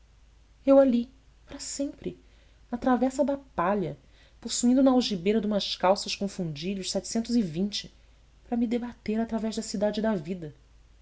eu ali para sempre na travessa da palha possuindo na algibeira de umas calças com fundilhos setecentos e vinte para me debater através da cidade e da vida